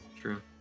True